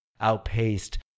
outpaced